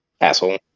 asshole